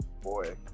boy